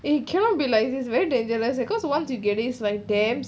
it cannot be like it's very dangerous because once you get it it's like damn